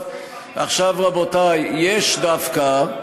עכשיו, רבותי, יש דווקא,